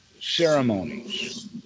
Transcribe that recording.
ceremonies